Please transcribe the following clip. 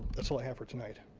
that's all i have for tonight.